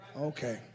Okay